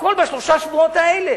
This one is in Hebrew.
הכול בשלושת השבועות האלה.